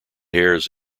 hairs